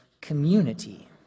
community